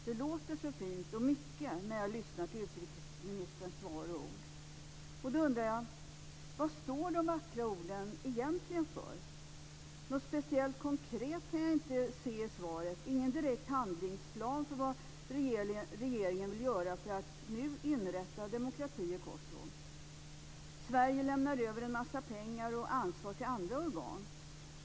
Det låter så fint och mycket när jag lyssnar till utrikesministerns svar och ord. Vad står de vackra orden egentligen för? Något speciellt konkret kan jag inte se i svaret. Det finns ingen direkt handlingsplan för vad regeringen vill göra för att nu inrätta demokrati i Kosovo. Sverige lämnar över en massa pengar och ansvar till andra organ.